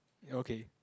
okay